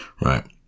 Right